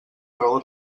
raó